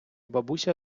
бабуся